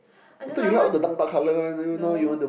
I don't know I want no